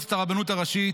ומועצת הרבנות הראשית,